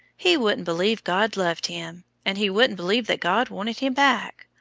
he wouldn't believe god loved him, and he wouldn't believe that god wanted him back!